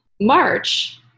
March